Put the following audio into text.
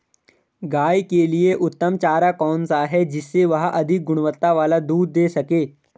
गाय के लिए उत्तम चारा कौन सा है जिससे वह अधिक गुणवत्ता वाला दूध दें सके?